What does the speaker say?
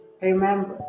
Remember